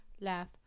laugh